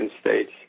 states